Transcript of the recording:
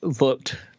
looked